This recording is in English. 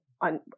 on